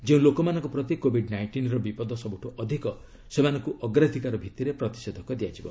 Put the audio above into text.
ଯେଉଁ ଲୋକମାନଙ୍କ ପ୍ରତି କୋବିଡ୍ ନାଇଷ୍ଟିନ୍ର ବିପଦ ସବୁଠୁ ଅଧିକ ସେମାନଙ୍କୁ ଅଗ୍ରାଧିକାର ଭିଭିରେ ପ୍ରତିଷେଧକ ଦିଆଯିବ